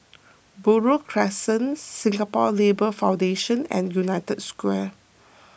Buroh Crescent Singapore Labour Foundation and United Square